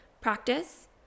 practice